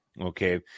okay